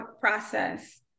process